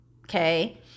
okay